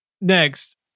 next